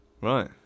Right